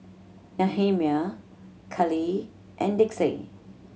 Nehemiah Kalie and Dixie